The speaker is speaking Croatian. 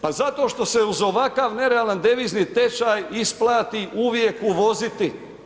Pa zato što se uz ovakav nerealan devizni tečaj isplati uvijek uvoziti.